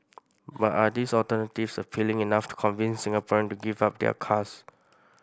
but are these alternatives appealing enough to convince Singaporeans to give up their cars